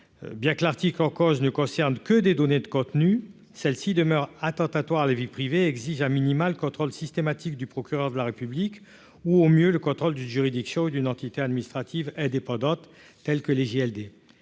bien que l'article en cause ne concernent que des données de contenus, celle-ci demeure attentatoire à la vie privée exige a minima le contrôle systématique du procureur de la République ou, au mieux, le contrôle d'une juridiction d'une entité administrative indépendante, tels que les JLD,